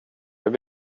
vill